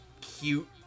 cute